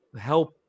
help